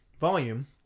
volume